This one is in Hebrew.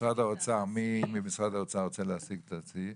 מי ממשרד האוצר רוצה להציג את הסעיף?